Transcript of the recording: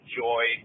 joy